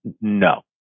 No